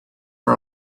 for